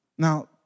Now